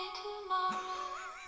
tomorrow